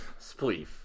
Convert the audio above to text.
Spleef